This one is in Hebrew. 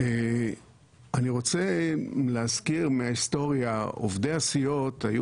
אני רוצה להזכיר מההיסטוריה: עובדי הסיעות היו